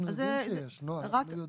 אנחנו יודעים שיש, נעה, אנחנו יודעים.